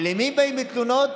ולמי באים בתלונות?